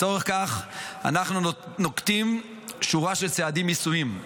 לצורך זה אנחנו נוקטים שורה של צעדים מיסוייים: